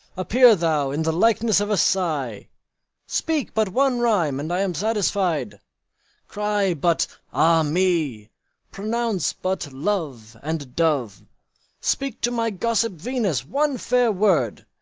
appear thou in the likeness of a sigh speak but one rhyme, and i am satisfied cry but ah me pronounce but love and dove speak to my gossip venus one fair word,